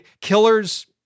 Killers